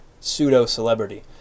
pseudo-celebrity